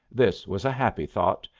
this was a happy thought,